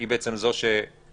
היא בעצם זו שגוברת.